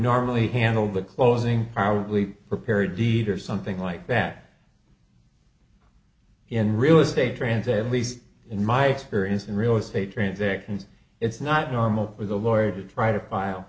normally handle the closing probably prepare a deed or something like that in real estate transit lee in my experience in real estate transaction it's not normal for the lawyer to try to file